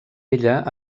ella